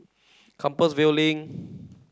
Compassvale Link